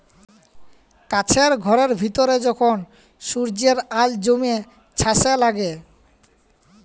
কাছের ঘরের ভিতরে যখল সূর্যের আল জ্যমে ছাসে লাগে